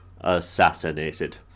assassinated